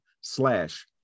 slash